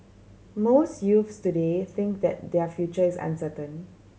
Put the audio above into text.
most youths today think that their future is uncertain